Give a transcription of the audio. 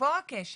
ופה הכשל,